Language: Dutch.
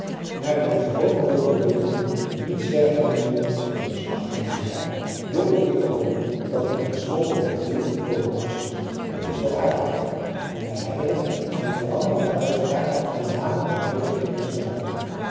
naar den gewonen loop der dingen niet sterven moeten op ons achttiende jaar wilde ik ook niet dat hun de school overviel vr hun achtste t is wel aardig en wij hebben het aan de veranderde uitspraak van de namen der medeklinkers te danken